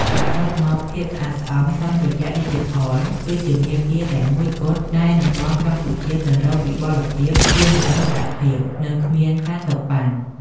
សរុបមក "ភាពស្អាតស្អំតាមរយៈឌីជីថល" គឺជាមាគ៌ាតែមួយគត់ដែលនឹងនាំកម្ពុជាទៅរកវិបុលភាពជានិរន្តរភាព និងគ្មាន ការសូកប៉ាន់។